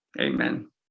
Amen